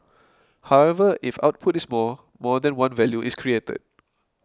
however if output is more more than one value is created